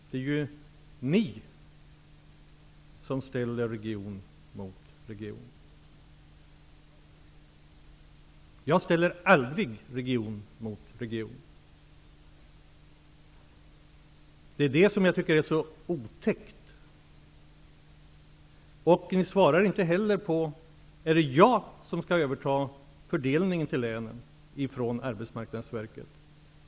Det är ju ni som ställer region mot region, och det är det som jag tycker är så otäckt. Jag ställer aldrig region mot region. Ni svarar inte heller på frågan om det är jag som skall överta fördelningen till länen från arbetsmarknadsverket.